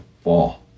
fall